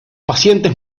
pacientes